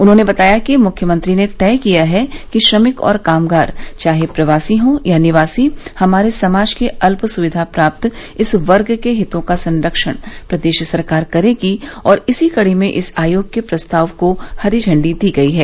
उन्होंने बताया कि मुख्यमंत्री ने तय किया है कि श्रमिक और कामगार चाहे प्रवासी हों या निवासी हमारे समाज के अल्प सुविधा प्राप्त इस वर्ग के हितों का सरक्षण प्रदेश सरकार करेगी और इसी कड़ी में इस आयोग के प्रस्ताव को हरी झंडी दी गई है